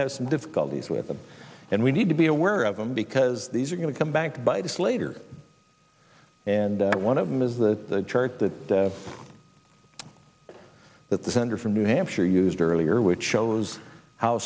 have some difficulties with them and we need to be aware of them because these are going to come back by this later and one of them is the chart that that the senator from new hampshire used earlier which shows how